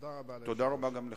אבל זה דבר שניתן לתיקון.